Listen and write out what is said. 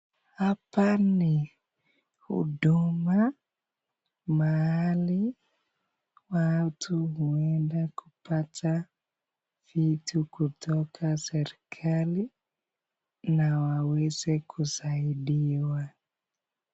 Haoa ni huduma mahali watu huenda kupata vitu kutoka serikali na waweze kusaidiwa.